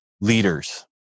leaders